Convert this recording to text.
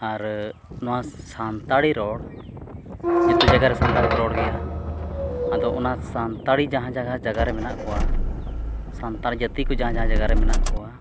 ᱟᱨ ᱱᱚᱣᱟ ᱥᱟᱱᱛᱟᱲᱤ ᱨᱚᱲ ᱡᱚᱛᱚ ᱡᱟᱭᱜᱟᱨᱮ ᱥᱟᱱᱛᱟᱲ ᱠᱚ ᱨᱚᱲ ᱜᱮᱭᱟ ᱟᱫᱚ ᱚᱱᱟ ᱥᱟᱱᱛᱟᱲᱤ ᱡᱟᱦᱟᱸ ᱡᱟᱦᱟᱸ ᱡᱟᱭᱜᱟᱨᱮ ᱢᱮᱱᱟᱜ ᱠᱚᱣᱟ ᱥᱟᱱᱛᱟᱲ ᱡᱟ ᱛᱤ ᱠᱚ ᱡᱟᱦᱟᱸ ᱡᱟᱦᱟᱸ ᱡᱟᱭᱜᱟᱨᱮ ᱢᱮᱱᱟᱜ ᱠᱚᱣᱟ